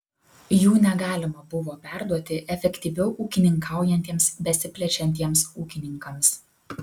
jų negalima buvo perduoti efektyviau ūkininkaujantiems besiplečiantiems ūkininkams